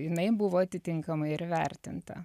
jinai buvo atitinkamai ir įvertinta